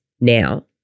now